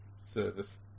service